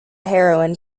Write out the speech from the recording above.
heroin